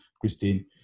Christine